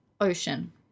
ocean